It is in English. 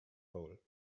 hole